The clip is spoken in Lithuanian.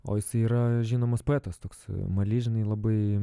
o jisai yra žinomas poetas toks maly žinai labai